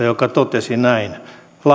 joka totesi näin